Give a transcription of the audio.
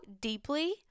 deeply